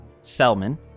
Selman